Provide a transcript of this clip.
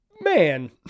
Man